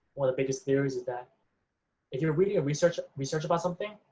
one of the biggest theories is that if you're reading a research research about something,